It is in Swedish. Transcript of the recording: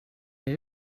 det